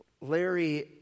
Larry